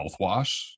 mouthwash